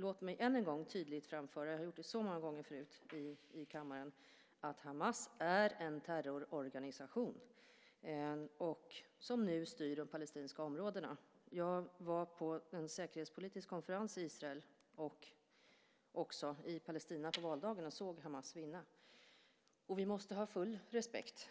Låt mig än en gång tydligt framföra, vilket jag har gjort så många gånger förut i kammaren, att Hamas är en terrororganisation som nu styr de palestinska områdena. Jag var på en säkerhetspolitisk konferens i Israel och var också i Palestina på valdagen och såg Hamas vinna. Vi måste absolut ha full respekt